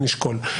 נשקול.